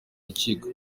rukiko